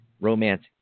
romance